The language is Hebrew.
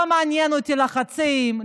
לא מעניין אותי לחצים,